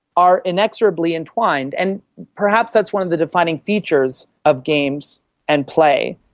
are inexorably entwined, and perhaps that's one of the defining features of games and play.